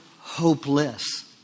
hopeless